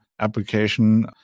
application